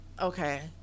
okay